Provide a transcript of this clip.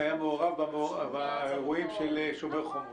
היה מעורב באירועים של שומר החומות?